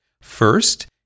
First